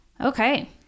Okay